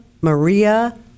Maria